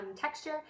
texture